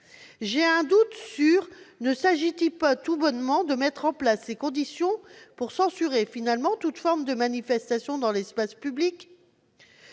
J'ai un doute : ne s'agit-il pas tout bonnement de mettre en place les conditions pour censurer finalement toute forme de manifestation dans l'espace public ?